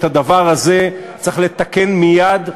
שאת הדבר הזה צריך לתקן מייד,